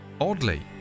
Oddly